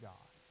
God